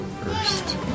First